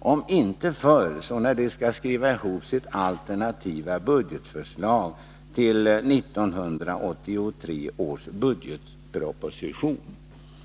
om inte förr så när de skall skriva ihop sina alternativa budgetförslag till 1983 års budgetproposition.